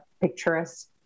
picturesque